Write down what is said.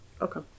Okay